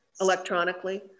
electronically